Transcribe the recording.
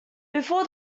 before